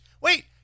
Wait